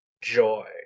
joy